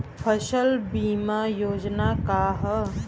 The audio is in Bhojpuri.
फसल बीमा योजना का ह?